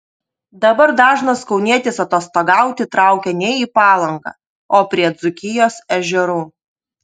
dabar dažnas kaunietis atostogauti traukia ne į palangą o prie dzūkijos ežerų